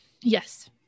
Yes